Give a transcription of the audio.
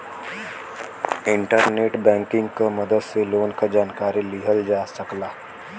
internet banking क मदद से लोन क जानकारी लिहल जा सकला